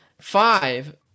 five